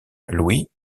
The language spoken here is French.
louis